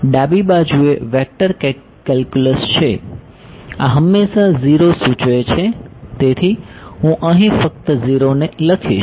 ડાબી બાજુ એ વેક્ટર કેલ્ક્યુલસ છે આ હંમેશા 0 સૂચવે છે તેથી હું અહીં ફક્ત 0 ને લખીશ